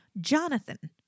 Jonathan